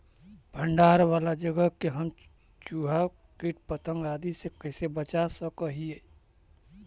भंडार वाला जगह के हम चुहा, किट पतंग, आदि से कैसे बचा सक हिय?